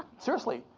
seriously.